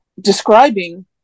describing